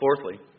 Fourthly